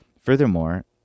Furthermore